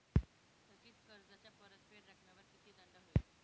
थकीत कर्जाच्या परतफेड रकमेवर किती दंड होईल?